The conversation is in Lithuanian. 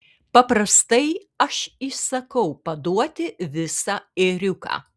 paprastai aš įsakau paduoti visą ėriuką